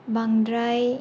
बांद्राय